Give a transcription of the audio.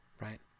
right